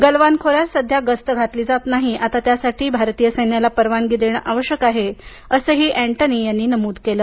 गलवान खोऱ्यात सध्या गस्त घातली जात नाही आता त्यासाठी सैन्याला परवानगी देणं आवश्यक आहे असंही अँटनी यांनी नमूद केलं